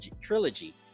Trilogy